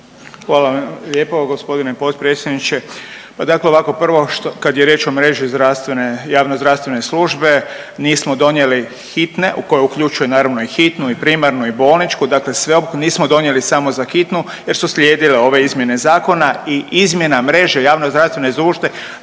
vam lijepo g. potpredsjedniče. Pa dakle ovako, prvo kad je riječ o mreži zdravstvene, javnozdravstvene službe nismo donijeli hitne, u koje uključuje naravno i hitnu i primarnu i bolničku, dakle sve, nismo donijeli samo za hitnu jer su slijedile ove izmjene zakona i izmjena mreže javnozdravstvene službe,